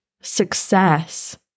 success